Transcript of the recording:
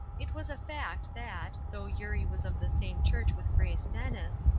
it was a fact that, though eurie was of the same church with grace dennis,